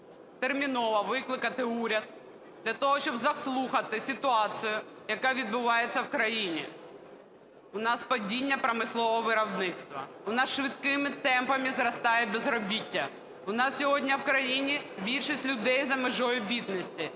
терміново викликати уряд для того, щоб заслухати ситуацію, яка відбувається в країні. У нас падіння промислового виробництва. У нас швидкими темпами зростає безробіття. У нас сьогодні в країні більшість людей за межею бідності.